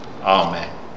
Amen